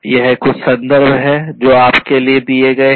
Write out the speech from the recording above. यह कुछ संदर्भ है जो आपके लिए दिए गए हैं